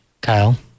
Kyle